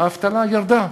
האבטלה ירדה.